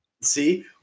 See